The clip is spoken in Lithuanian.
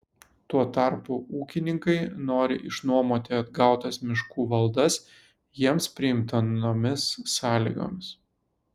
tuo tarpu ūkininkai nori išnuomoti atgautas miškų valdas jiems priimtinomis sąlygomis